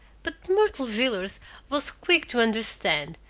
but myrtle villers was quick to understand,